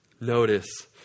Notice